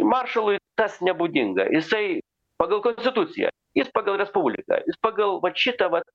maršalui tas nebūdinga jisai pagal konstituciją jis pagal respubliką jis pagal vat šitą va